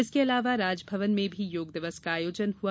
इसके अलावा राजभवन में भी योग दिवस का आयोजन हुआ